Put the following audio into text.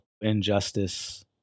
injustice